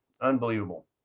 Unbelievable